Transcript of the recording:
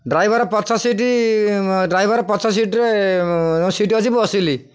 driver ପଛ seat driver ପଛ ସିଟ୍ରେ ସିଟ୍ ଅଛି ବସିଲି